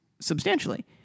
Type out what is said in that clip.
substantially